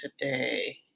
today